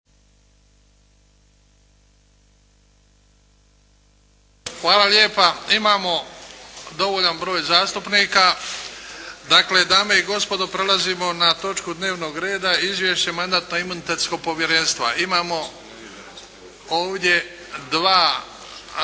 Luka (HDZ)** Imamo dovoljan broj zastupnika. Dakle, dame i gospodo prelazimo na točku dnevnog reda 3. Izvješće Mandatno-imunitetnog povjerenstva Imamo ovdje dva